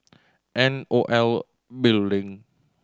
N O L Building